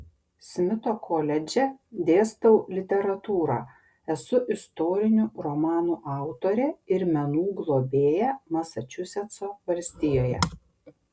smito koledže dėstau literatūrą esu istorinių romanų autorė ir menų globėja masačusetso valstijoje